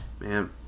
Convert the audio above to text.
Man